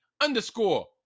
underscore